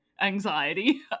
anxiety